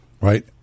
right